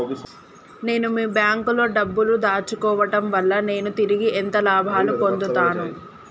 నేను మీ బ్యాంకులో డబ్బు ను దాచుకోవటం వల్ల నేను తిరిగి ఎంత లాభాలు పొందుతాను?